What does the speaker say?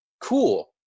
cool